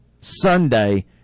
Sunday